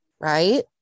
right